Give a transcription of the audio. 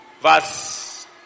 Verse